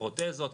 פרוטזות,